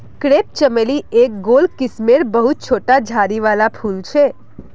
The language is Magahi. क्रेप चमेली एक गोल किस्मेर बहुत छोटा झाड़ी वाला फूल छे